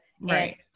right